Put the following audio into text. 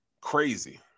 Crazy